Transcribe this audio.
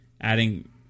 adding